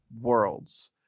Worlds